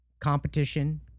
competition